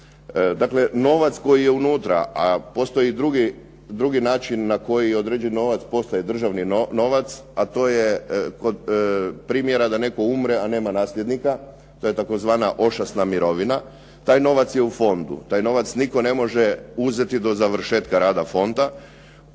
Dakle, novac koji je unutra, a postoji drugi način na koji određeni novac postaje državni novac, a to je kod primjera da netko umre, a nema nasljednika. To je tzv. ošasna mirovina. Taj novac je u fondu. Taj novac nitko ne može uzeti do završetka rada fonda.